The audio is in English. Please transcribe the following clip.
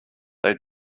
they